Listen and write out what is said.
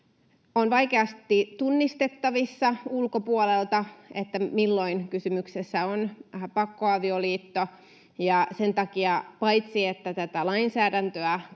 On vaikeasti tunnistettavissa ulkopuolelta, milloin kysymyksessä on pakkoavioliitto, ja sen takia paitsi että tätä lainsäädäntöä